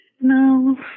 No